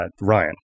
ryan